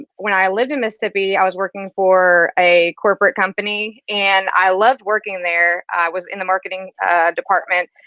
when i lived in mississippi, i was working for a corporate company, and i loved working there. i was in the marketing department,